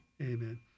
Amen